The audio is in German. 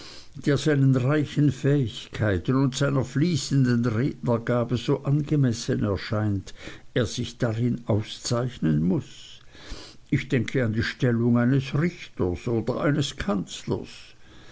der seinen reichen fähigkeiten und seiner fließenden rednergabe so angemessen erscheint er sich darin auszeichnen muß ich denke an die stellung eines richters oder eines kanzlers